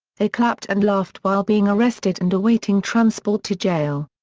they clapped and laughed while being arrested and awaiting transport to jail.